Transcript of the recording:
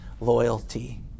loyalty